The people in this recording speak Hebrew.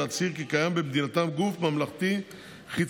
להצהיר כי קיים במדינתם גוף ממלכתי חיצוני,